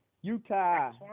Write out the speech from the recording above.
Utah